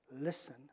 listen